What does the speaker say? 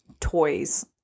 toys